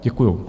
Děkuju.